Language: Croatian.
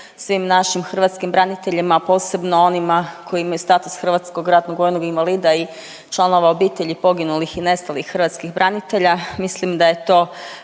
hrvatskim braniteljima,